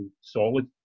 solid